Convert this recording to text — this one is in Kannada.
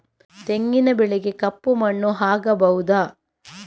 ತೆಂಗಿನ ಬೆಳೆಗೆ ಕಪ್ಪು ಮಣ್ಣು ಆಗ್ಬಹುದಾ?